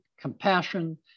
compassion